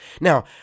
Now